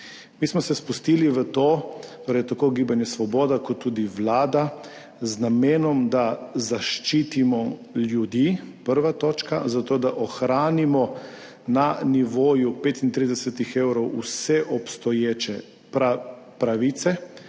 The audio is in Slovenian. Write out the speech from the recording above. Mi smo se spustili v to – torej, tako gibanje Svoboda kot tudi Vlada - z namenom, da zaščitimo ljudi, prvič, zato, da ohranimo na nivoju 35 evrov vse obstoječe pravice,